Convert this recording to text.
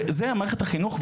וזה מערכת החינוך,